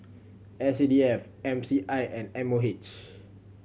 S C D F M C I and M O H